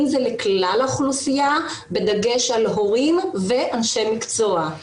אם זה לכלל האוכלוסייה בדגש על הורים ואנשי מקצוע.